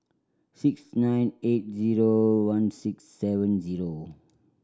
six nine eight zero one six seven zero